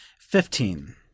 Fifteen